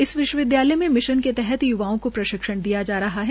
इस विश्वविद्यालय में मिशन के तहत य्वाओं को प्रशिक्षण दिया जा रहा है